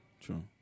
true